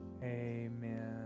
Amen